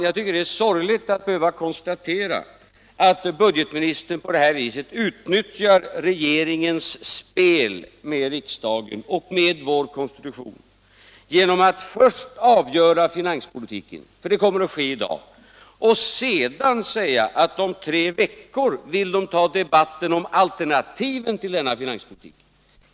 Jag tycker att det är sorgligt att behöva konstatera att budgetministern på detta sätt utnyttjar regeringens spel med riksdagen och med vår konstitution genom att först avgöra finanspolitiken — det kommer att ske i dag — och sedan säga att man efter tre veckor vill ta debatten om alternativen till denna finanspolitik.